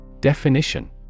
Definition